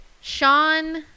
Sean